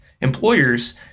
employers